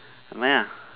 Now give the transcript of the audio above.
never mind ah